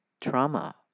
trauma